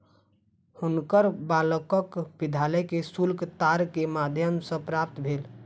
हुनकर बालकक विद्यालय के शुल्क तार के माध्यम सॅ प्राप्त भेल